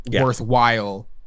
worthwhile